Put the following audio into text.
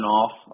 off